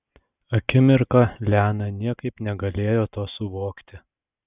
akimirką liana niekaip negalėjo to suvokti